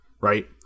right